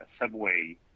subway